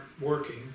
working